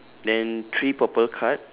then three purple card